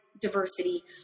diversity